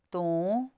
ਤੋਂ